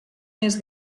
més